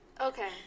Okay